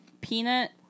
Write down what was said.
Peanut